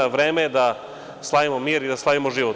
Vreme je da slavimo mir i da slavimo život.